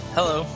Hello